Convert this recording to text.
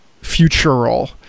futural